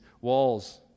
walls